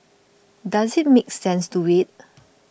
does it make sense to wait